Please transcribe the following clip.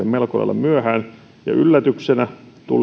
melko lailla myöhään ja tuli yllätyksenä